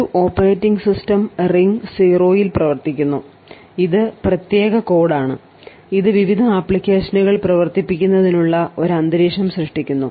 ഒരു operating system ring 0 ൽ പ്രവർത്തിക്കുന്നു ഇത് പ്രത്യേക കോഡ് ആണ് ഇത് വിവിധ ആപ്ലിക്കേഷനുകൾ പ്രവർത്തിപ്പിക്കുന്നതിനുള്ള ഒരു അന്തരീക്ഷം സൃഷ്ടിക്കുന്നു